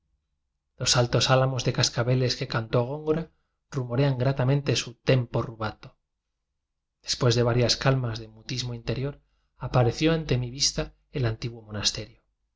los altos álamos de cascabeles que cantó góngora rumorean gratamente su tem po rubato después de varias calmas de mutis mo interior apareció ante mi vista el anti guo monasterio